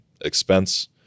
expense